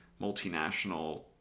multinational